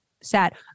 sad